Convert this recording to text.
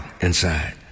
inside